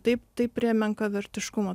taip tai prie menkavertiškumo